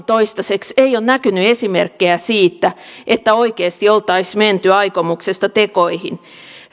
toistaiseksi ei ole näkynyt esimerkkejä siitä että oikeasti olisi menty aikomuksesta tekoihin